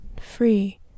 free